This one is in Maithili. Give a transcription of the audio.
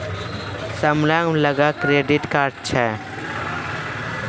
शबनम लगां क्रेडिट कार्ड छै